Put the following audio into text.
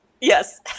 Yes